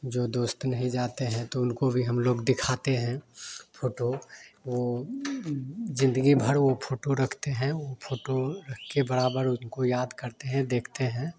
जो दोस्त नहीं जाते हैं तो उनको भी हम लोग दिखाते हैं फोटो ओ जिंदगी भर वो फोटू रखते हैं उ फोटू रख के बराबर उनको याद करते हैं देखते हैं